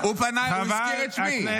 הוא פנה, הוא הזכיר את שמי.